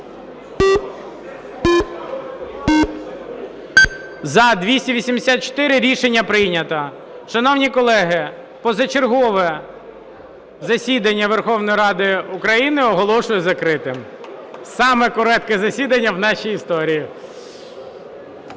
За-284 Рішення прийнято. Шановні колеги, позачергове засідання Верховної Ради України оголошую закритим. Саме коротке засідання в нашій історії.